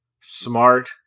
smart